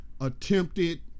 attempted